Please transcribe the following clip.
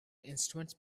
instruments